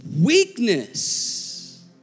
Weakness